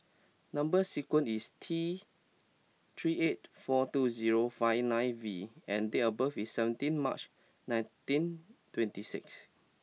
number sequence is T three eight four two zero five nine V and date of birth is seventeen March nineteen twenty six